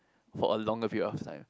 for a longer period of time